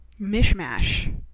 mishmash